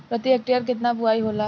प्रति हेक्टेयर केतना बुआई होला?